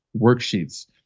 worksheets